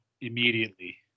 immediately